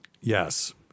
Yes